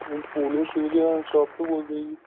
ma'am Sonu shoes shop ਤੋਂ ਬੋਲਦੇ ਜੀ